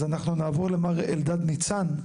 אז אנחנו נעבור למר אלדד ניצן,